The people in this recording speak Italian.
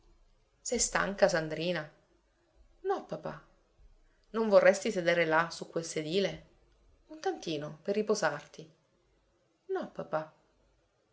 sei stanca sandrina no papà non vorresti sedere là su quel sedile un tantino per riposarti no papà